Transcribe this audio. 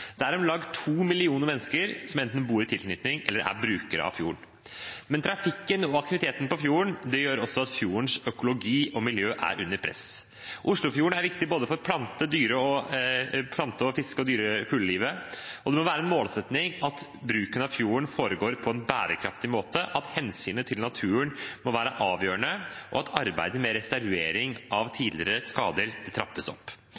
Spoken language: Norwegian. Det er om lag to millioner mennesker som enten bor i tilknytning til eller er brukere av fjorden. Men trafikken og aktiviteten på fjorden gjør også at fjordens økologi og miljø er under press. Oslofjorden er viktig for både plante-, fiske-, dyre- og fuglelivet, og det må være en målsetting at bruken av fjorden foregår på en bærekraftig måte, at hensynet til naturen må være avgjørende, og at arbeidet med restaurering av tidligere skader trappes opp.